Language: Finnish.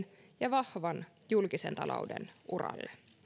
ja vahvan julkisen talouden uralle